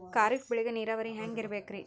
ಖರೀಫ್ ಬೇಳಿಗ ನೀರಾವರಿ ಹ್ಯಾಂಗ್ ಇರ್ಬೇಕರಿ?